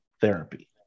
therapy